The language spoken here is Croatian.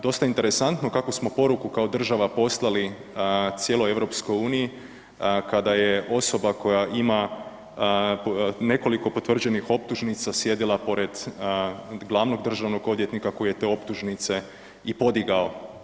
Dosta interesantno kakvu smo poruku kao država poslali cijeloj EU kada je osoba koja ima nekoliko potvrđenih optužnica sjedila pred glavnog državnog odvjetnika koji je te optužnice i podigao.